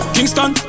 Kingston